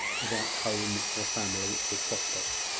without home, or family, or prospect.